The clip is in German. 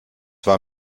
war